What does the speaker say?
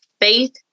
faith